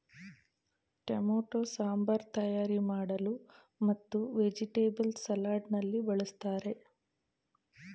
tomato sambar ತಯಾರಿ ಮಾಡಲು ಮತ್ತು ವೆಜಿಟೇಬಲ್ಸ್ ಸಲಾಡ್ ನಲ್ಲಿ ಬಳ್ಸತ್ತರೆ